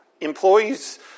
Employees